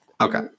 Okay